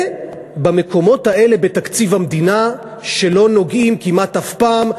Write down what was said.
ובמקומות האלה בתקציב המדינה שלא נוגעים בהם כמעט אף פעם,